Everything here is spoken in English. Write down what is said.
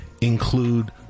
Include